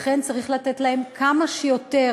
לכן, צריך לתת להם כמה שיותר.